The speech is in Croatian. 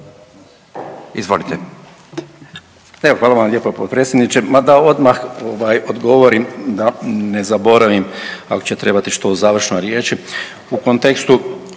Izvolite.